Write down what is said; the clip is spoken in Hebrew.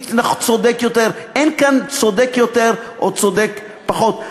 מי צודק יותר, אין כאן צודק יותר או צודק פחות.